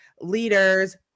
leaders